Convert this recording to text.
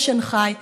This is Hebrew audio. לשנחאי,